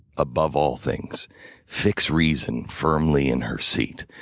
above all things fix reason firmly in her seat.